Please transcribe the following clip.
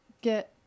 get